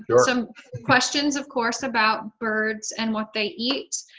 yeah some questions of course about birds and what they eat.